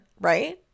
right